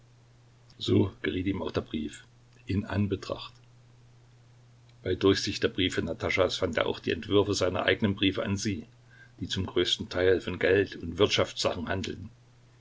so geriet ihm auch der brief in anbetracht bei durchsicht der briefe nataschas fand er auch die entwürfe seiner eigenen briefe an sie die zum größten teil von geld und wirtschaftssachen handelten